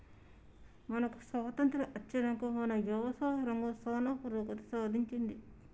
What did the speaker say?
మనకు స్వాతంత్య్రం అచ్చినంక మన యవసాయ రంగం సానా పురోగతి సాధించింది